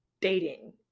dating